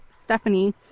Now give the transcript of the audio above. Stephanie